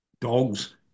Dogs